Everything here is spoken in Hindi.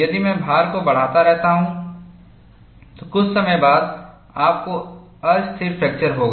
यदि मैं भार को बढ़ाता रहता हूं तो कुछ समय बाद आपको अस्थिर फ्रैक्चर होगा